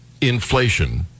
inflation